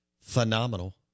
phenomenal